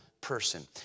person